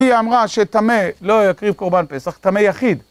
היא אמרה שטמא לא יקריב קורבן פסח, טמא יחיד.